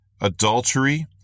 adultery